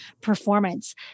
performance